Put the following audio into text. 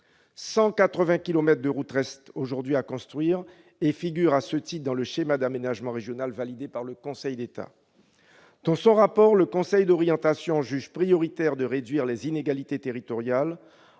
kilomètres restent aujourd'hui à construire et figurent à ce titre dans le schéma d'aménagement régional validé par le Conseil d'État. Dans son rapport, le Conseil d'orientation des infrastructures juge prioritaire de réduire les inégalités territoriales